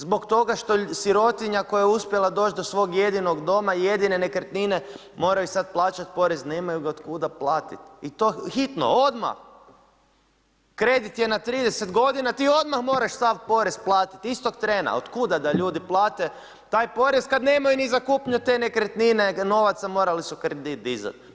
Zbog toga što sirotinja koja je uspjela doći do svog jedinog doma, jedine nekretnine, moraju sad plaćati porez, nemaju ga od kuda platiti i to hitno, odmah, kredit je na 30 g. ti odmah moraš sav porez platiti istog trena, od kuda da ljudi plate, taj porez, kada nemaju ni za kupnju te nekretnine, novac, a moraju se kredit dizati.